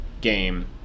game